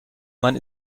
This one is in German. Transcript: mann